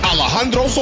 Alejandro